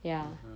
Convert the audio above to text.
mmhmm